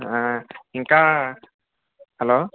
ఇంకా హలో